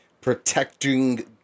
protecting